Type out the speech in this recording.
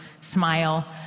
smile